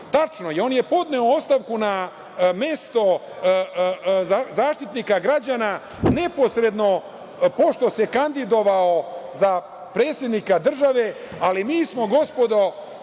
Tačno je, on je podneo ostavku na mesto Zaštitnika građana neposredno pošto se kandidovao za predsednika države, ali mi smo, gospodo